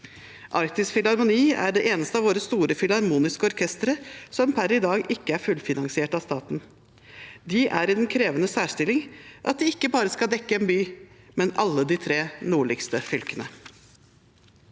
Arktisk Filharmoni er det eneste av våre store filharmoniske orkestre som per i dag ikke er fullfinansiert av staten. De er i den krevende særstilling at de ikke bare skal dekke en by, men alle de tre nordligste fylkene.